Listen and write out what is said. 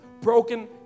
broken